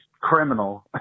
criminal